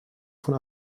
von